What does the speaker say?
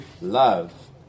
love